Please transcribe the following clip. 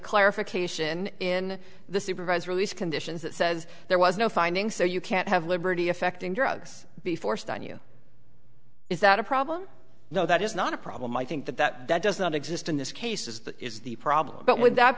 clarification in the supervised release conditions that says there was no finding so you can't have liberty affecting drugs be forced on you is that a problem though that is not a problem i think that that does not exist in this case is that is the problem but would that